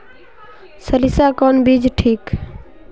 सरीसा कौन बीज ठिक?